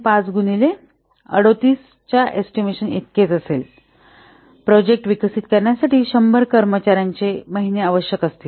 5 गुणिले 38 च्याएस्टिमेशन इतकेच असेल प्रकल्प विकसित करण्यासाठी 100 कर्मचाऱ्यांचा महिने आवश्यक असतील